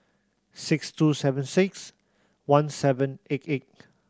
six two seven six one seven eight eight